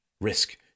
risk